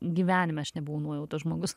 gyvenime aš nebuvau nuojautos žmogus